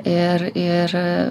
ir ir